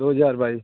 ਦੋ ਹਜ਼ਾਰ ਬਾਈ